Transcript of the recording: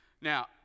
now